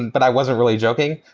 and but i wasn't really joking.